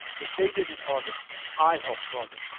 that they didn't cause it i helped cause it.